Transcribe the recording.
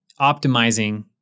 optimizing